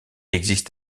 existe